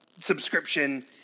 subscription